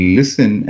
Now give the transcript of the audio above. listen